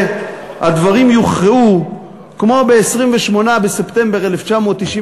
הדברים יוכרעו כמו ב-28 בספטמבר 1995,